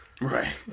Right